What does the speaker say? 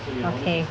okay